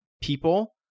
people